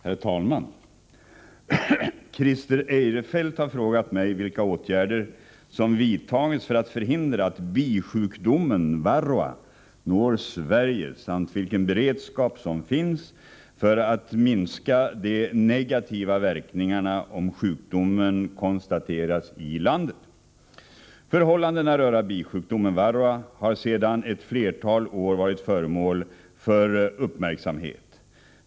Herr talman! Christer Eirefelt har frågat mig vilka åtgärder som vidtas för att förhindra att bisjukdomen varroa når Sverige samt vilken beredskap som finns för att minska de negativa verkningarna om sjukdomen konstateras i landet. Förhållandena rörande bisjukdomen varroa har sedan ett flertal år tillbaka varit föremål för uppmärksamhet.